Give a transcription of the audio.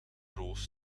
roos